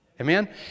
Amen